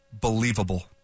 believable